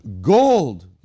gold